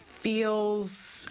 feels